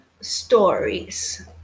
stories